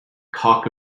cock